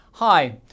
Hi